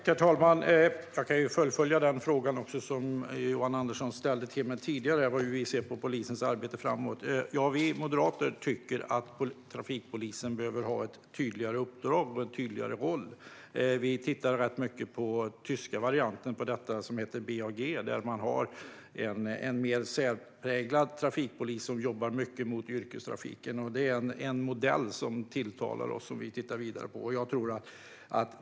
Herr talman! Jag kan svara på den fråga som Johan Andersson ställde till mig tidigare om hur vi ser på polisens arbete framåt. Vi moderater tycker att trafikpolisen behöver ha ett tydligare uppdrag och en tydligare roll. Vi tittar rätt mycket på den tyska varianten på detta som heter BAG där man har en mer särpräglad trafikpolis som jobbar mycket mot yrkestrafiken. Det är en modell som tilltalar oss och som vi tittar vidare på.